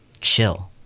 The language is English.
chill